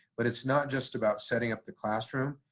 but it's not just about setting up the classroom,